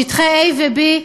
בשטחי A ו-B,